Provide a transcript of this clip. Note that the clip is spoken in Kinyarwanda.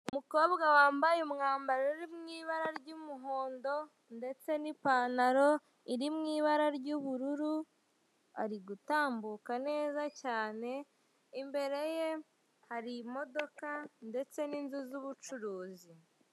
Umukobwa wambaye umwamboro uri mu ibara ry'umuhondo ndetse n'ipantaro iri mu ibara ry'ubururu ari gutambuka neza cyane, imbere ye hari imodoka ndetse n'inzu z'ubucuruzi.